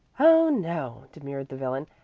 oh, no, demurred the villain.